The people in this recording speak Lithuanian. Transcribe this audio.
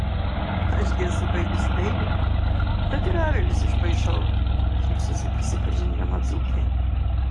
aš gi esu baigusi dailę tad ir avilius išpaišau šypsosi prisipažindama dzūkė